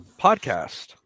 podcast